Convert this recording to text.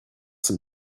some